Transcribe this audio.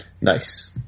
Nice